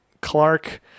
Clark